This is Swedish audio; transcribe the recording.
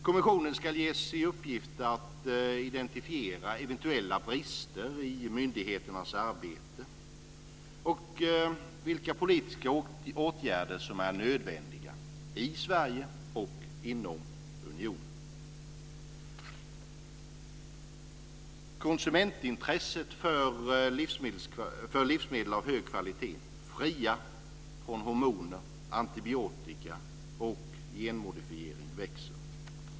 Kommissionen skulle ges i uppgift att identifiera eventuella brister i myndigheternas arbete och vilka politiska åtgärder som är nödvändiga i Sverige och inom unionen i övrigt. Konsumentintresset för livsmedel av hög kvalitet fria från hormoner, antibiotika och genmodifiering växer.